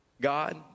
God